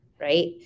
right